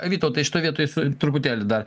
vytautai šitoj vietoj su truputėlį dar